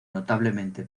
notablemente